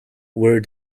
where